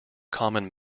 common